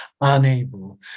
unable